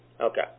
Okay